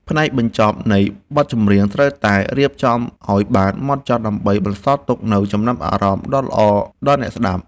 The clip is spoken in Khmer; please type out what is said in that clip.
ផ្នែកបញ្ចប់នៃបទចម្រៀងត្រូវតែរៀបចំឱ្យបានហ្មត់ចត់ដើម្បីបន្សល់ទុកនូវចំណាប់អារម្មណ៍ល្អដល់អ្នកស្ដាប់។